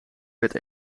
werd